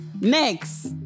next